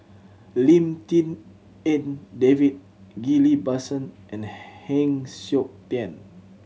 Lim Tik En David Ghillie Basan and Heng Siok Tian